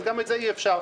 גם את זה אי אפשר,